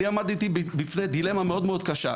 אני עמדתי בפני דילמה מאוד מאוד קשה,